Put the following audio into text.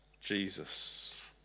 Jesus